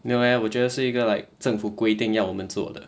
没有 eh 我觉得是一个 like 政府规定要我们做的